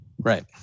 right